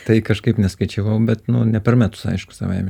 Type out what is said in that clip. tai kažkaip neskaičiavau bet ne per metus aišku savaime